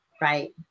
right